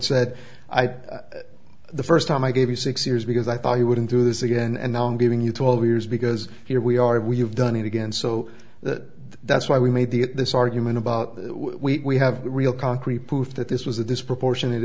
think the first time i gave you six years because i thought i wouldn't do this again and now i'm giving you twelve years because here we are we've done it again so that that's why we made the this argument about that we have real concrete proof that this was a disproportionate